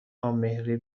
امهری